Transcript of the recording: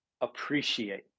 appreciate